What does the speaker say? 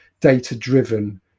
data-driven